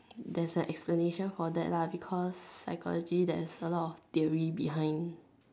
there's a explanation for that lah because psychology there's a lot of theory behind